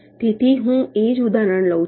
તેથી હું એ જ ઉદાહરણ લઉં છું